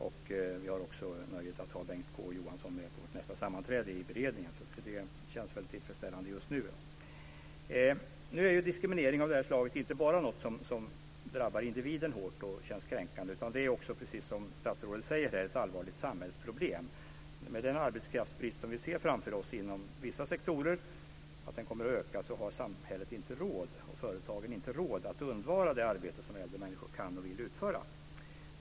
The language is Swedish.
Vi har också nöjet att ha Bengt K Å Johansson med på nästa sammanträde i beredningen. Det känns tillfredsställande just nu. Nu är diskriminering av det här slaget inte bara något som drabbar individen hårt och känns kränkande, utan det är också, precis som statsrådet säger, ett allvarligt samhällsproblem. Med den arbetskraftsbrist som vi ser framför oss inom vissa sektorer, att den kommer att öka, har samhället och företagen inte råd att undvara det arbete som äldre människor kan och vill utföra.